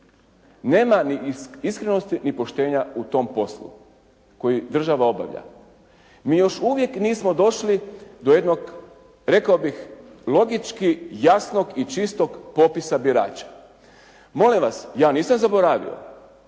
Nema ni iskrenosti ni poštenja u tom poslu koji država obavlja. Mi još uvijek nismo došli do jednog rekao bih logički jasnog i čistog popisa birača. Molim vas, ja nisam zaboravio,